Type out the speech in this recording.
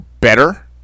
better